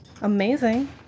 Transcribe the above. Amazing